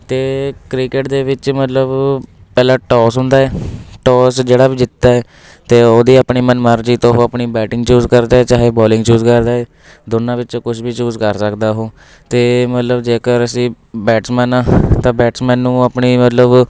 ਅਤੇ ਕ੍ਰਿਕਟ ਦੇ ਵਿੱਚ ਮਤਲਬ ਪਹਿਲਾਂ ਟੋਸ ਹੁੰਦਾ ਹੈ ਟੋਸ ਜਿਹੜਾ ਵੀ ਜਿੱਤਿਆ ਅਤੇ ਉਹਦੀ ਆਪਣੀ ਮਨਮਰਜ਼ੀ ਤੋਂ ਉਹ ਆਪਣੀ ਬੈਟਿੰਗ ਚੂਜ ਕਰਦਾ ਚਾਹੇ ਬੋਲਿੰਗ ਚੂਜ ਕਰਦਾ ਹੈ ਦੋਨਾਂ ਵਿੱਚੋਂ ਕੁਝ ਵੀ ਚੂਜ਼ ਕਰ ਸਕਦਾ ਉਹ ਅਤੇ ਮਤਲਬ ਜੇਕਰ ਅਸੀਂ ਬੈਟਸਮੈਨ ਹਾਂ ਤਾਂ ਬੈਟਸਮੈਨ ਨੂੰ ਆਪਣੀ ਮਤਲਬ